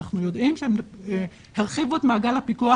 אנחנו יודעים שהם הרחיבו את מעגל הפיקוח